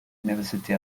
university